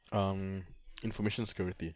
um information security